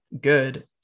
good